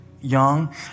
young